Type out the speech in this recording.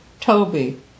Toby